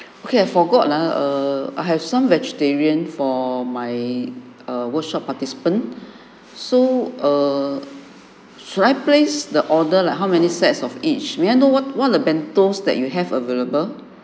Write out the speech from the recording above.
okay I forgot lah err I have some vegetarian for my err workshop participant so err should I place the order like how many sets of each may I know what what are the bento that you have available